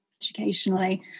educationally